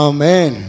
Amen